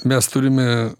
mes turime